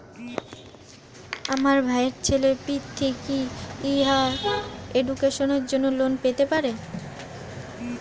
আমার ভাইয়ের ছেলে পৃথ্বী, কি হাইয়ার এডুকেশনের জন্য লোন পেতে পারে?